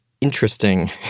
interesting